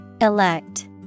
Elect